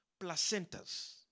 placentas